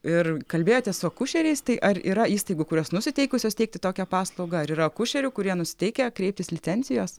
ir kalbėjote su akušeriais tai ar yra įstaigų kurios nusiteikusios teikti tokią paslaugą ar yra akušerių kurie nusiteikę kreiptis licencijos